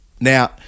Now